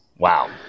Wow